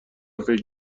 فکر